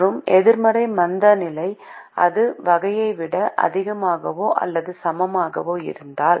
மற்றும் எதிர்மறை மந்தநிலை இது வகையை விட அதிகமாகவோ அல்லது சமமாகவோ இருந்தால்